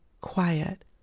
quiet